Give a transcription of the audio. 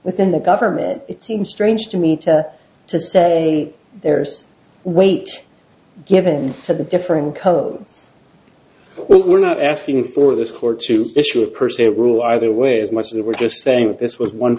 within the government it seems strange to me to to say there's weight given to the different codes well we're not asking for this court to issue a per se rule either way as much as they were just saying that this was one